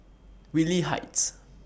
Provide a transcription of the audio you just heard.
Whitley Heights